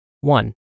one